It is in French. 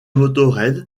motörhead